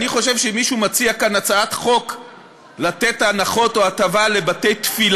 אני חושב שמי שמציע כאן הצעת חוק לתת הנחות או הטבה לבתי-תפילה,